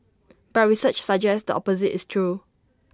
but research suggests the opposite is true